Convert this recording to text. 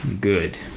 good